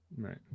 right